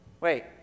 wait